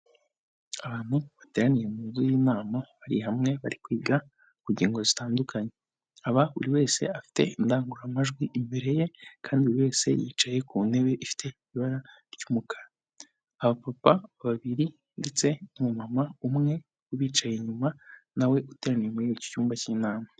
Abantu bateraniye mu nzu y'Imana bari hamwe bari kwiga ku kungingo zitandukanye aha buri wese afite indangururamajwi imbere ye kandi buri wese yicaye ku ntebe ifite ibara ry'umukara, aba papa babiri ndetse na mama umwe bicaye inyuma nawe uteraniye muri icyo cyumba cy'inama.